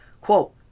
quote